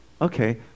okay